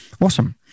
awesome